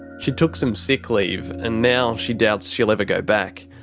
she took some sick leave. and now she doubts she'll ever go back.